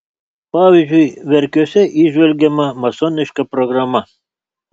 pavyzdžiui verkiuose įžvelgiama masoniška programa